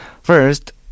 First